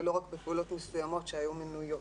ולא רק בפעילויות מסוימות שהיום מנויות,